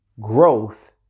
growth